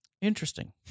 interesting